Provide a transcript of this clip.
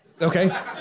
Okay